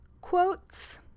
quotes